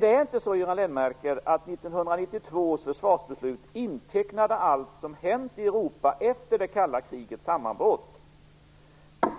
Det är inte så, Göran Lennmarker, att 1992 års försvarsbeslut intecknade allt som hänt i Europa efter det kalla krigets sammanbrott.